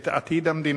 את עתיד המדינה,